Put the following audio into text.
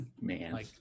man